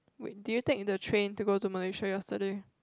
wait did you take the train to go to Malaysia yesterday